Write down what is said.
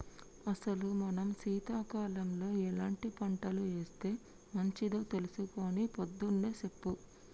అసలు మనం సీతకాలంలో ఎలాంటి పంటలు ఏస్తే మంచిదో తెలుసుకొని పొద్దున్నే సెప్పు